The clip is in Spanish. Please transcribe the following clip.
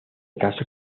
casó